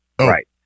right